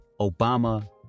Obama